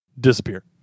disappear